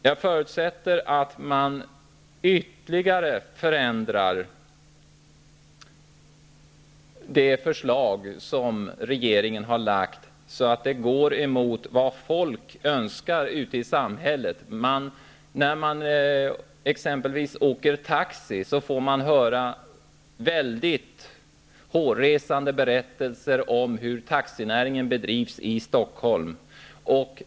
Jag förutsätter att man ytterligare förändrar det förslag regeringen har framlagt, så att det närmar sig vad folk ute i samhället önskar sig. När man åker taxi får man höra hårresande berättelser om hur taxinäringen bedrivs i Stockholm.